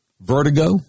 vertigo